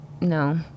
No